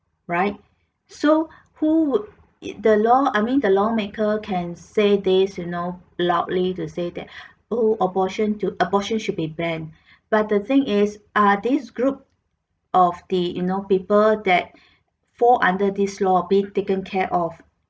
right so who would it the law I mean the lawmaker can say this you know loudly to say that oh abortion to abortion should be banned but the thing is are this group of the you know people that fall under this law being taken care of